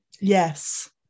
Yes